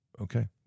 Okay